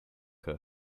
her